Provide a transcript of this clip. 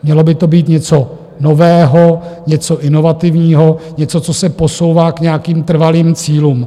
Mělo by to být něco nového, něco inovativního, něco, co se posouvá k nějakým trvalým cílům.